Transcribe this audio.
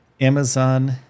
Amazon